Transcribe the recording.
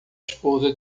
esposa